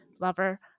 lover